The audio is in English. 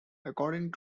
according